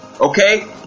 okay